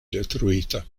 detruita